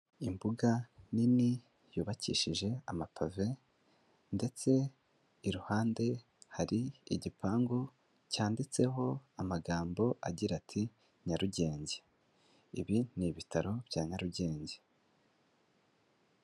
Imbuga nini yubakishije amapave ndetse iruhande hari igipangu cyanditseho amagambo agira ati Nyarugenge, ibi ni ibitaro bya Nyarugenge.